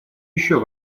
еще